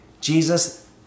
Jesus